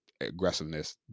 aggressiveness